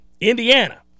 Indiana